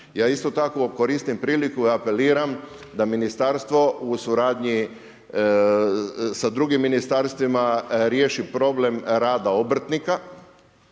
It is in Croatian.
Ja isto tako koristim priliku i apeliram da ministarstvo u suradnji sa drugim ministarstvima riješi problem rada obrtnika